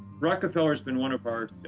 rockefeller's been one of our,